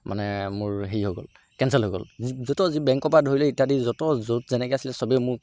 মানে মোৰ হেৰি হৈ গ'ল কেনচেল হৈ গ'ল য'ত যি বেংকৰ পৰা ধৰি ইত্যাদি যত য'ত যেনেকৈ আছিল চবে মোক